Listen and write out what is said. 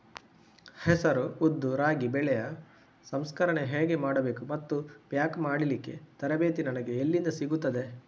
ಹೆಸರು, ಉದ್ದು, ರಾಗಿ ಬೆಳೆಯ ಸಂಸ್ಕರಣೆ ಹೇಗೆ ಮಾಡಬೇಕು ಮತ್ತು ಪ್ಯಾಕ್ ಮಾಡಲಿಕ್ಕೆ ತರಬೇತಿ ನನಗೆ ಎಲ್ಲಿಂದ ಸಿಗುತ್ತದೆ?